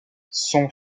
son